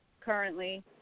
currently